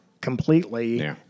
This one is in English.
completely